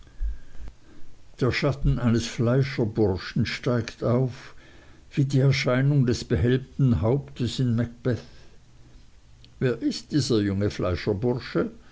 der schatten eines fleischerburschen steigt auf wie die erscheinung des behelmten hauptes in macbeth wer ist dieser junge fleischerbursche